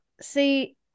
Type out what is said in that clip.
See